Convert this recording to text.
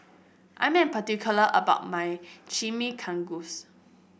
I am particular about my Chimichangas